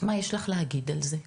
מה יש לך להגיד על זה?